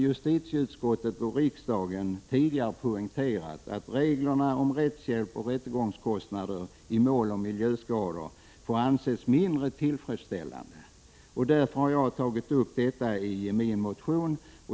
Justitieutskottet och riksdagen har också tidigare poängterat att reglerna om rättshjälp och rättegångskostnader i mål om miljöskador får anses mindre tillfredsställande. Därför har jag tagit upp detta i min motion.